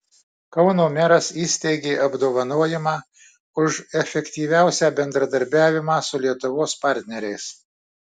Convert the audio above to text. kauno meras įsteigė apdovanojimą už efektyviausią bendradarbiavimą su lietuvos partneriais